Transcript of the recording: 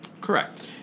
Correct